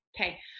Okay